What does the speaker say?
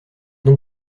donc